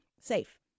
safe